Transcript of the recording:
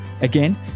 Again